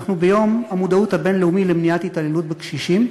אנחנו ביום המודעות הבין-לאומית למניעת התעללות בקשישים,